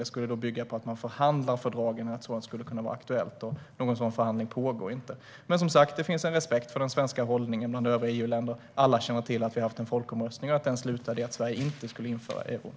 Det ska ju bygga på att man förhandlar fördraget om något sådant skulle kunna vara aktuellt, och någon sådan förhandling pågår inte. Det finns som sagt en respekt för den svenska hållningen bland övriga EU-länder. Alla känner till att vi har haft en folkomröstning och att den slutade i att Sverige inte skulle införa euron.